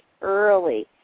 early